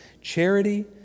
Charity